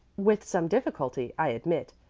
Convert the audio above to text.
with some difficulty, i admit,